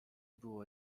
było